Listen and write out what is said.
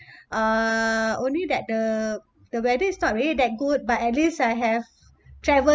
uh only that the the weather is not really that good but at least I have travelled